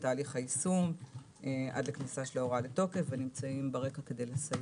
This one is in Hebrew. תהליך היישום עד לכניסת ההוראה לתוקף ונמצאים ברקע כדי לסייע.